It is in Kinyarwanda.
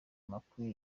amakuru